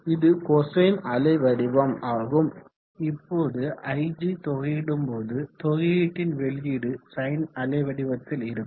இது கொசைன் அலை வடிவம் ஆகும் இப்போது ig தொகையிடும்போது தொகையீட்டியின் வெளியீடு சைன் அலை வடிவத்தில் இருக்கும்